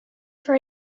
for